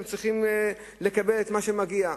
הם צריכים לקבל את מה שמגיע.